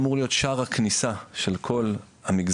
אמור להיות שער הכניסה של כל המגזרים.